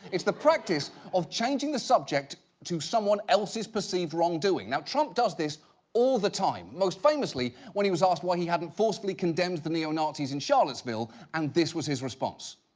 it's the practice of changing the subject to someone else's perceived wrongdoing. now, trump does this all the time, most famously when he was asked why he hadn't forcefully condemned the neo-nazis in charlottesville, and this was his response.